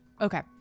Okay